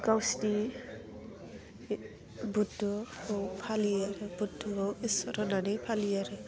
गावसिनि बुध्दुखौ फालियो आरो बुध्दु ईश्वोर होन्नानै फालियो आरो